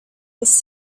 was